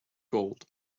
gold